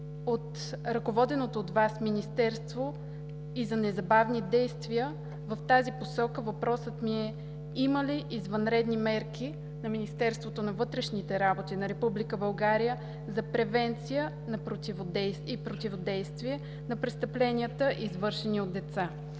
от ръководеното от Вас министерство и за незабавни действия. В тази посока въпросът ми е: има ли извънредни мерки на Министерството на вътрешните работи на Република България за превенция и противодействие на престъпленията, извършени от деца.